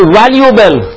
valuable